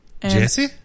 Jesse